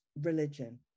religion